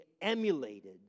emulated